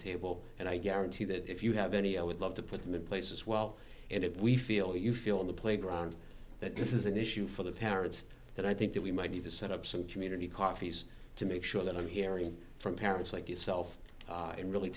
table and i guarantee that if you have any i would love to put them in place as well and if we feel you feel on the playground that this is an issue for the parents that i think that we might need to set up some community coffees to make sure that i'm hearing from parents like yourself and really